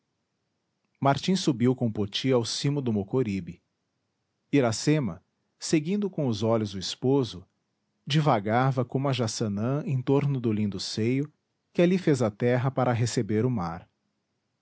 martim subiu com poti ao cimo do mocoribe iracema seguindo com os olhos o esposo divagava como a jaçanã em torno do lindo seio que ali fez a terra para receber o mar